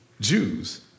Jews